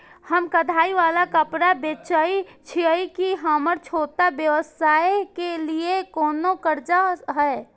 हम कढ़ाई वाला कपड़ा बेचय छिये, की हमर छोटा व्यवसाय के लिये कोनो कर्जा है?